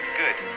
good